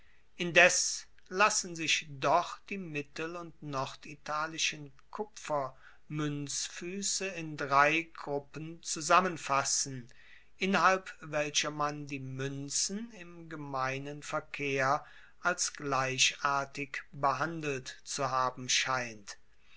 indes lassen sich doch die mittel und norditalischen kupfermuenzfuesse in drei gruppen zusammenfassen innerhalb welcher man die muenzen im gemeinen verkehr als gleichartig behandelt zu haben scheint